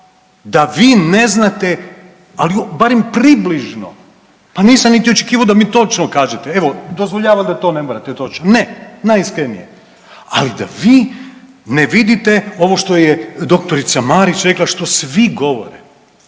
da vi ne znate, ali barem približno, pa nisam niti očekivao da mi točno kažete, evo dozvoljavam da to ne morate točno, ne najiskrenije, ali da vi ne vidite ovo što je doktorica Marić rekla, što svi govore